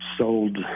sold